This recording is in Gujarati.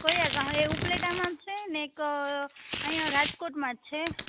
કોઈ આ ગાય ઉપલેટામાં છે ને એક અહીંયા રાજકોટમાં જ છે